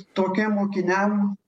tokiem mokiniam